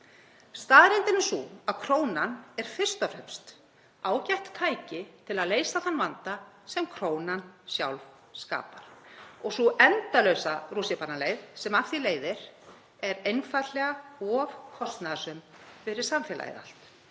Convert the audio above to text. Staðreyndin er sú að krónan er fyrst og fremst ágætt tæki til að leysa þann vanda sem krónan sjálf skapar. Sú endalausa rússíbanareið sem af því leiðir er einfaldlega of kostnaðarsöm fyrir samfélagið